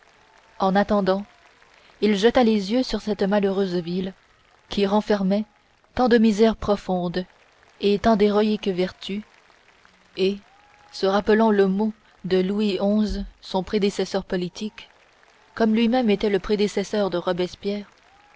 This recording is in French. en attendant il jeta les yeux sur cette malheureuse ville qui renfermait tant de misère profonde et tant d'héroïques vertus et se rappelant le mot de louis xi son prédécesseur politique comme lui-même était le prédécesseur de robespierre